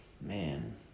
man